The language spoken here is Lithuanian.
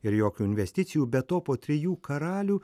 ir jokių investicijų be to po trijų karalių